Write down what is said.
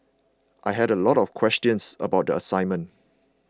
I had a lot of questions about the assignment